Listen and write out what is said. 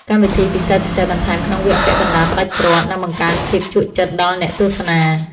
កម្មវិធីពិសេសៗបន្ថែមក្នុងវគ្គពាក់កណ្ដាលផ្ដាច់ព្រ័ត្រនឹងបង្កើនភាពជក់ចិត្តដល់អ្នកទស្សនា។